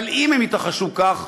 אבל אם הם יתרחשו כך,